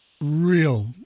real